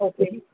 okay